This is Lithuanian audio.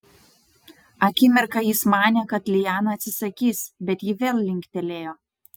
akimirką jis manė kad liana atsisakys bet ji vėl linktelėjo